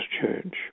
church